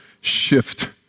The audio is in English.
shift